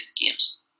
games